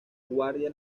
guardia